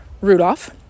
Rudolph